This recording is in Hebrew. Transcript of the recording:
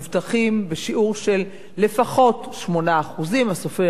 לפחות 8% הסופר יכול להגיע גם להסכמים,